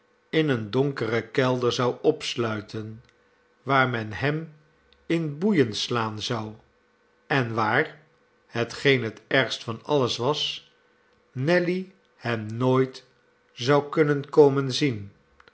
in een donkeren kelder zou opsluiten waar men hem in boeien slaan zou en waar hetgeen het ergste van alles was nelly hem nooit zou kunnen komen zien